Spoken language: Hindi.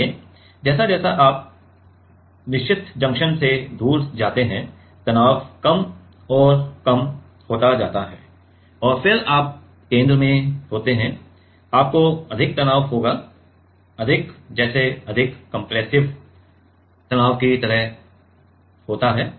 इसलिए जैसे जैसे आप निश्चित जंक्शन से दूर जाते हैं तनाव कम और कम होता जाता है और फिर आप केंद्र में होते हैं आपको अधिक तनाव होगा अधिक जैसे अधिक कम्प्रेस्सिव तनाव की तरह होता है